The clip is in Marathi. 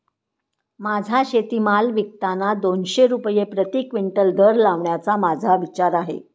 माझा शेतीमाल विकताना दोनशे रुपये प्रति क्विंटल दर लावण्याचा माझा विचार आहे